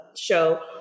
show